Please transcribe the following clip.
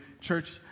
Church